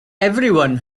everyone